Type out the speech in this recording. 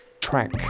track